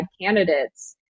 candidates